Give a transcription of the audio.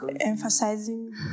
emphasizing